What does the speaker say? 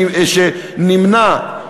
שנמנע.